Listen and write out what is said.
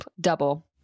double